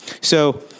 So-